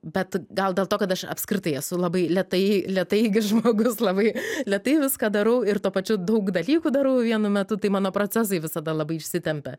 bet gal dėl to kad aš apskritai esu labai lėtaei lėtaeigis žmogus labai lėtai viską darau ir tuo pačiu daug dalykų darau vienu metu tai mano procesai visada labai išsitempia